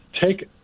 Take